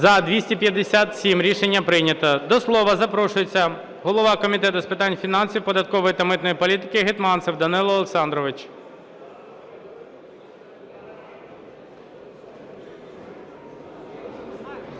За-257 Рішення прийнято. До слова запрошується голова Комітету з питань фінансів, податкової та митної політики Гетманцев Данило Олександрович.